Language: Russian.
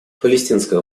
палестинское